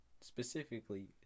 Specifically